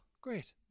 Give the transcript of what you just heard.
great